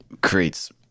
creates